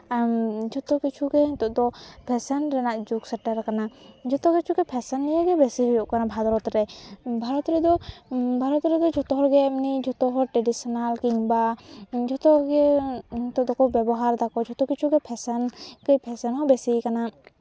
ᱡᱷᱚᱛᱚ ᱠᱤᱪᱷᱩ ᱜᱮ ᱱᱤᱛᱚᱜ ᱫᱚ ᱯᱷᱮᱥᱮᱱ ᱨᱮᱱᱟᱜ ᱡᱩᱜᱽ ᱥᱮᱴᱮᱨ ᱠᱟᱱᱟ ᱡᱚᱛᱚ ᱠᱤᱪᱷᱩ ᱜᱮ ᱯᱷᱮᱥᱮᱱ ᱱᱤᱭᱮᱜᱮ ᱵᱮᱥᱤ ᱦᱩᱭᱩᱜ ᱠᱟᱱᱟ ᱵᱷᱟᱨᱚᱛ ᱨᱮ ᱵᱷᱟᱨᱚᱛ ᱨᱮᱫᱚ ᱵᱷᱟᱨᱚᱛ ᱨᱮᱫᱚ ᱡᱚᱛᱚ ᱦᱚᱲᱜᱮ ᱮᱢᱱᱤ ᱡᱚᱛᱚ ᱦᱚᱲ ᱴᱨᱟᱰᱤᱥᱚᱱᱟᱞ ᱠᱤᱢᱵᱟ ᱡᱚᱛᱚ ᱠᱚᱜᱮ ᱱᱤᱛᱚᱜ ᱫᱚᱠᱚ ᱵᱮᱵᱚᱦᱟᱨ ᱫᱟᱠᱚ ᱡᱚᱛᱚ ᱠᱤᱪᱷᱩ ᱜᱮ ᱯᱷᱮᱥᱮᱱ ᱠᱟᱹᱡ ᱯᱷᱮᱥᱮᱱ ᱦᱚᱸ ᱵᱮᱥᱤᱭ ᱠᱟᱱᱟ